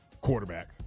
quarterback